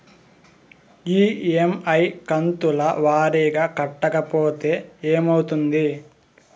EMI కంతుల వారీగా కట్టకపోతే ఏమవుతుంది?